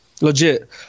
Legit